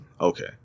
Okay